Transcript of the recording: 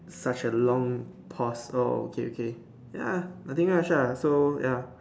such a long pause oh okay okay ya nothing much ah so ya